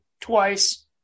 twice